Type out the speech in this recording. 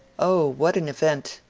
o what an event!